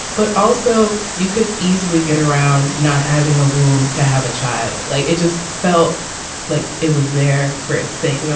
but also, you could easily get around not having a womb to have a child. like it it just felt like it was there for its sake. you know